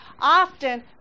Often